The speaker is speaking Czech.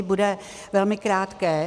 Bude velmi krátké.